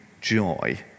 joy